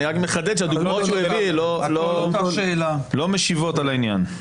אני רק מחדד שהדוגמאות שהוא הביא לא משיבות על העניין.